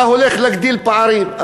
אתה הולך להגדיל פערים,